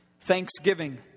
Thanksgiving